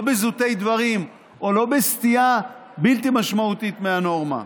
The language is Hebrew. או לא בסטייה בלתי משמעותית מהנורמה.